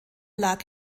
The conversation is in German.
lag